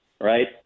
right